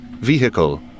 vehicle